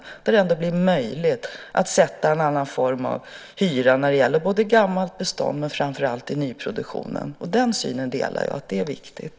Det kommer ändå att bli möjligt att sätta en annan form av hyra när det gäller både gammalt bestånd och framför allt nyproduktionen. Den synen delar jag. Det är viktigt.